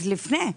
אז לפני.